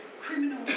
criminal